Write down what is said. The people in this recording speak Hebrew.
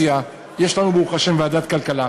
יש לנו, ברוך השם, ועדת כלכלה,